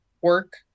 work